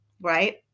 right